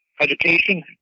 education